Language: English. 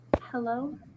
Hello